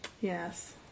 yes